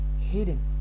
hidden